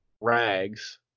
rags